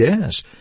yes